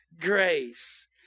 grace